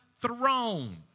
throne